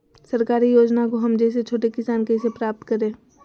सरकारी योजना को हम जैसे छोटे किसान कैसे प्राप्त करें?